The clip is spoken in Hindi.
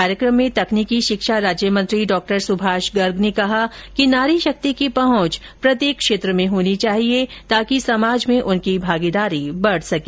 कार्यक्रम में तकनीकी शिक्षा राज्यमंत्री डॉ सुभाष गर्ग ने कहा कि नारी शक्ति की पहुंच प्रत्येक क्षेत्र में होनी चाहिए जिससे समाज में उनकी भागीदारी बढ सके